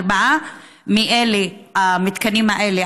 ארבעה מהמתקנים האלה,